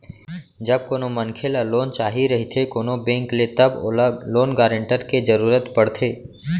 जब कोनो मनखे ल लोन चाही रहिथे कोनो बेंक ले तब ओला लोन गारेंटर के जरुरत पड़थे